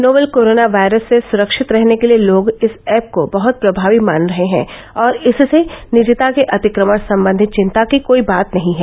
novel corona virus से सुरक्षित रहने के लिए लोग इस ऐप को बहत प्रभावी मान रहे हैं और इससे निजता के अतिक्रमण संबंधी चिंता की कोई बात नहीं है